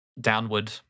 downward